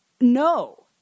no